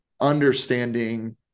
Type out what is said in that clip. understanding